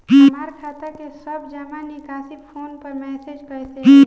हमार खाता के सब जमा निकासी फोन पर मैसेज कैसे आई?